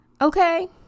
Okay